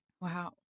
wow